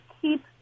keep